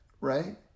right